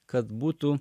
kad būtų